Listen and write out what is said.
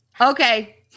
okay